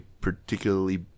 particularly